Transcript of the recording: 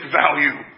value